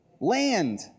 Land